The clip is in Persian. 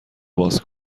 باز